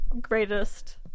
greatest